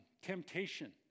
temptation